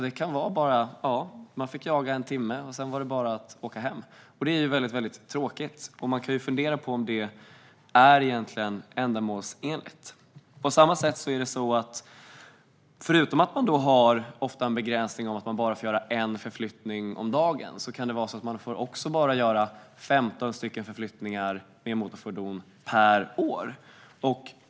Man får kanske jaga en timme, och sedan är det bara att åka hem. Det är mycket tråkigt. Man kan fundera på om detta är ändamålsenligt. Förutom att man ofta har begränsningen att man får göra bara en förflyttning om dagen, kan det också vara så att man får göra bara 15 förflyttningar med motorfordon per år.